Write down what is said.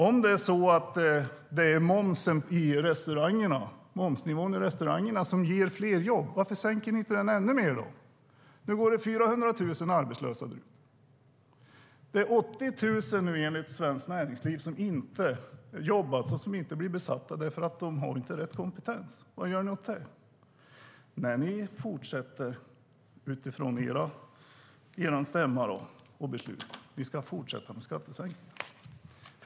Om det är momsen i restaurangbranschen som ger fler jobb, varför sänker ni den inte ännu mer? Det är nu 400 000 arbetslösa. Enligt Svenskt Näringsliv är det 80 000 jobb som inte blir tillsatta därför att det inte finns några sökanden med rätt kompetens. Vad gör ni åt det? Nej, ni fortsätter utifrån beslutet på er stämma med skattesänkningar.